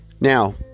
Now